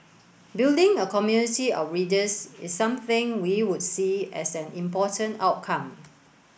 building a community of readers is something we would see as an important outcome